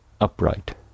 upright